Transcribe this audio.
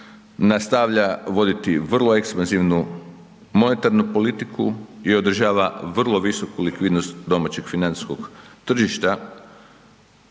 nastavlja voditi vrlo ekspanzivnu monetarnu politiku i održava vrlo visoku likvidnost domaćeg financijskog tržišta